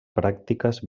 pràctiques